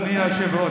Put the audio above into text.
אדוני היושב-ראש,